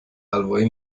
حلوایی